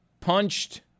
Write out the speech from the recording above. punched